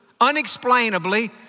unexplainably